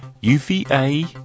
UVA